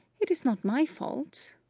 it is not my fault.